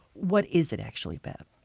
what is it actually about?